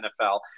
NFL